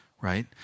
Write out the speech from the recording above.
right